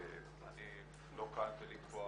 אני לא כאן כדי לקבוע.